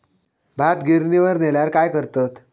भात गिर्निवर नेल्यार काय करतत?